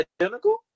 identical